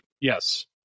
Yes